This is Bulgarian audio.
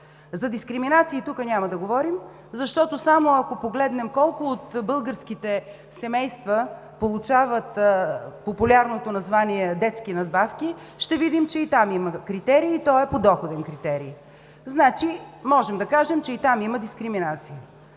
За дискриминации тук няма да говорим, защото ако погледнем колко от българските семейства получават с популярното название „детски надбавки“, ще видим, че и там има критерий и той е подоходен критерий. Значи можем да кажем, че и там има дискриминация.